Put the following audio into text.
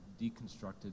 deconstructed